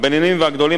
הבינוניים והגדולים,